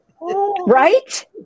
Right